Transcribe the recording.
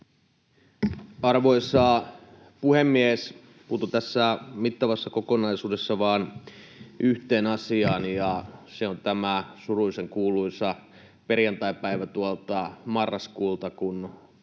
Arvoisa puhemies! Puutun tässä mittavassa kokonaisuudessa vain yhteen asiaan, ja se on tämä surullisenkuuluisa perjantaipäivä tuolta marraskuulta, kun